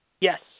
Yes